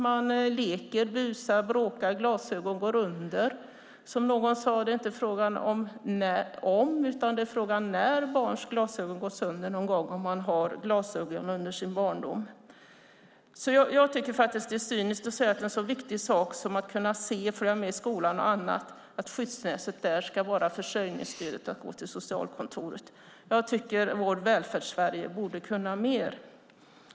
Man leker, busar och bråkar och glasögonen går sönder. Någon sade att det inte är frågan om utan när barns glasögon går sönder. Jag tycker därför att det är cyniskt att säga att skyddsnätet ska vara försörjningsstöd och att gå till socialkontoret när det gäller en så viktig sak som att kunna se och följa med i skolan och annat. Jag tycker att vårt Välfärdssverige borde kunna mer.